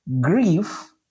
Grief